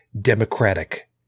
Democratic